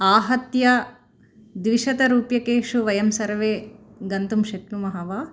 आहत्य द्विशतरूप्यकेषु वयं सर्वे गन्तुं शक्नुमः वा